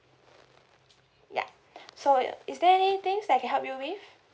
ya so is there any things that I can help you with